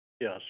yes